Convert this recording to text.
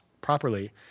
properly